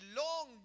long